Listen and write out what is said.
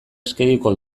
eskegiko